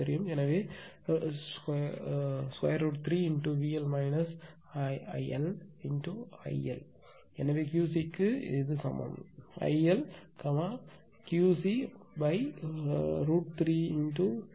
எனவே உங்கள் √3 × VL − L × IL எனவே QC க்கு சமம் IL QC√3 × VL − L க்கு சமம்